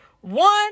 One